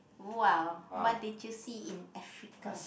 !wow! what did you see in Africa